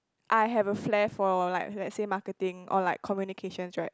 I have a flair for like let's say marketing or like communications right